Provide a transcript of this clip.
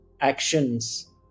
actions